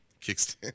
Kickstand